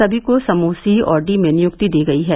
समी को समूह सी तथा डी में नियुक्ति दी गई है